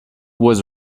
was